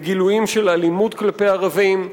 בגילויים של אלימות כלפי ערבים,